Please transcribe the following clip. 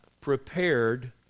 prepared